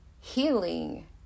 Healing